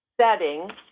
setting